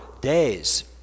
days